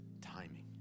timing